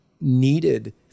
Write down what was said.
needed